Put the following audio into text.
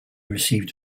received